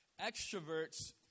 extroverts